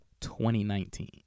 2019